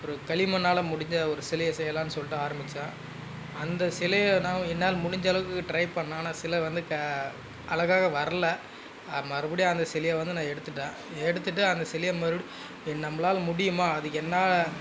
ஒரு களிமண்ணால் முடிஞ்சால் ஒரு சிலையை செய்யலான்னு சொல்லிட்டு ஆரமித்தேன் அந்த சிலையை என்னால் என்னால் முடிஞ்சளவுக்கு ட்ரை பண்ணேன் ஆனால் சிலை வந்து க அழகாவே வரல மறுபடியும் அந்த சிலையை வந்து நான் எடுத்துகிட்டேன் எடுத்துகிட்டு அந்த சிலையை மறுபடி நம்மளால முடியுமா அது என்ன